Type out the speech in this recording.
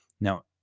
Now